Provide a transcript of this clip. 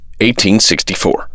1864